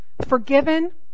forgiven